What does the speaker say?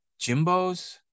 jimbos